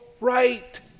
right